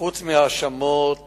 חוץ מההאשמות